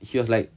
he was like